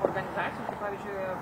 organizacijų kaip pavyzdžiui